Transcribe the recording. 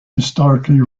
historically